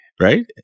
Right